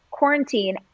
quarantine